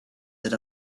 that